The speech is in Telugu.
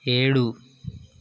ఏడు